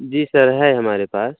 जी sir है हमारे पास